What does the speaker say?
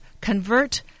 convert